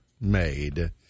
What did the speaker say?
made